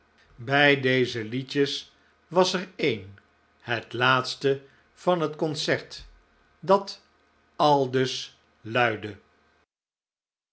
bij deze liedjes was er een het laatste van het concert dat aldus luidde